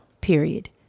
period